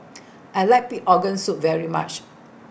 I like Pig Organ Soup very much